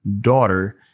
daughter